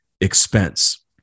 expense